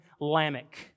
Lamech